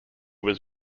was